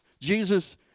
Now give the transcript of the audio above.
Jesus